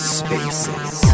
spaces